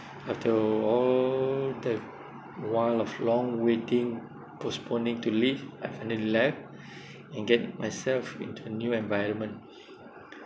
after all the while of long waiting postponing to leave I finally left and get myself into new environment